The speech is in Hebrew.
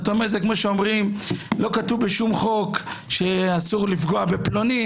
זה כמו שאומרים שלא כתוב בשום חוק שאסור לפגוע בפלוני,